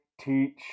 teach